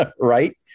right